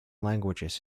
languages